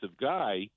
guy